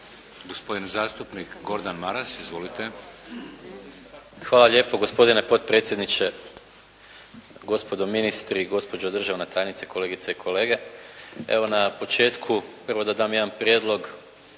Gospodin zastupnik Gordan Maras. Izvolite. **Maras, Gordan (SDP)** Hvala lijepo gospodine potpredsjedniče, gospodo ministri, gospođo državna tajnice, kolegice i kolege. Evo na početku, prvo da dam jedan prijedlog